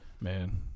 Man